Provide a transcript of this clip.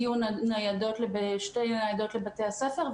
לבתי הספר,